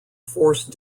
force